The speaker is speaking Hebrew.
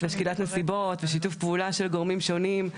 שקילת נסיבות ושיתוף פעולה של גורמים שונים.